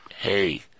Hey